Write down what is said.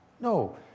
No